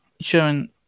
showing